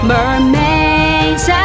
Mermaids